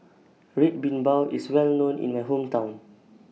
Red Bean Bao IS Well known in My Hometown